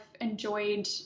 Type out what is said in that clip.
enjoyed